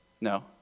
no